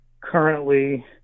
currently